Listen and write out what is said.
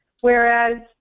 Whereas